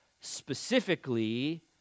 specifically